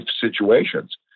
situations